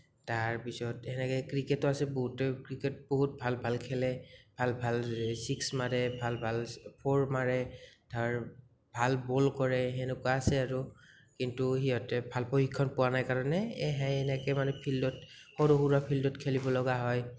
তাৰপিছত সেনেকে ক্ৰিকেটো আছে বহুতে ক্ৰিকেট বহুত ভাল ভাল খেলে ভাল ভাল চিক্স মাৰে ভাল ভাল ফ'ৰ মাৰে ধৰ ভাল বল কৰে সেনেকুৱা আৰু কিন্তু সিহঁতে ভাল প্ৰশিক্ষণ পোৱা নাই কাৰণে এই সেই এনেকেই মানে ফিল্ডত সৰু সুৰা ফিল্ডত খেলিব লগা হয়